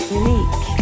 unique